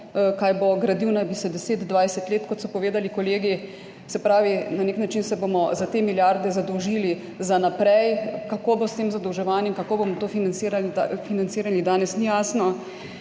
kaj bo, gradil naj bi se 10, 20 let, kot so povedali kolegi. Se pravi, na nek način se bomo za te milijarde zadolžili za naprej. Kako bo s tem zadolževanjem, kako bomo to financirali, danes ni jasno.